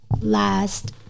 Last